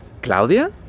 ¿Claudia